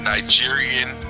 Nigerian